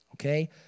Okay